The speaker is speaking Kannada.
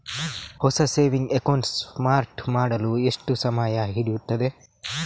ಹೊಸ ಸೇವಿಂಗ್ ಅಕೌಂಟ್ ಸ್ಟಾರ್ಟ್ ಮಾಡಲು ಎಷ್ಟು ಸಮಯ ಹಿಡಿಯುತ್ತದೆ?